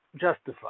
justify